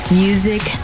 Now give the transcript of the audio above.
music